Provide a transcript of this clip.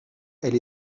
elle